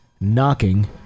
knocking